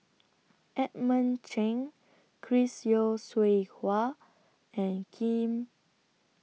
Edmund Cheng Chris Yeo Siew Hua and Khim